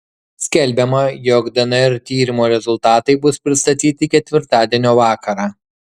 skelbiama jog dnr tyrimo rezultatai bus pristatyti ketvirtadienio vakarą